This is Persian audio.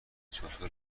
چطور